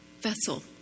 vessel